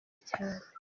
cyane